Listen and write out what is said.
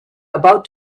about